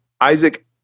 Isaac